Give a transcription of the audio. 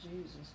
Jesus